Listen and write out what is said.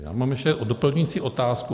Já mám ještě doplňující otázku.